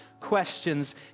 questions